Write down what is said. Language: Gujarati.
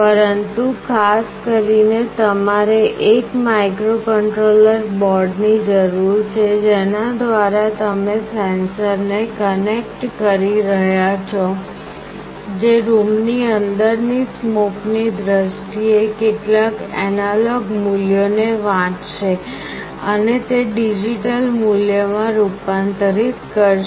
પરંતુ ખાસ કરીને તમારે એક માઇક્રોકન્ટ્રોલર બોર્ડની જરૂર છે જેના દ્વારા તમે સેન્સરને કનેક્ટ કરી રહ્યાં છો જે રૂમ ની અંદરની સ્મોક ની દ્રષ્ટિએ કેટલાક એનાલોગ મૂલ્યોને વાંચશે અને તે ડિજિટલ મૂલ્યમાં રૂપાંતરિત કરશે